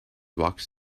walks